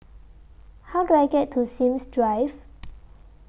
How Do I get to Sims Drive